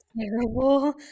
terrible